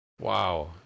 Wow